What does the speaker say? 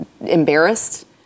embarrassed